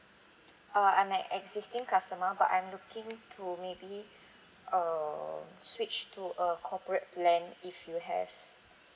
uh I'm an existing customer but I'm looking to maybe err switch to a corporate plan if you have